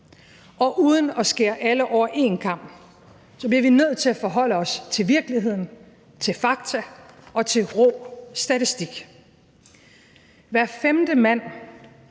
og uden at skære alle over én kam bliver vi nødt til at forholde os til virkeligheden, til fakta og til rå statistik. Hver femte mand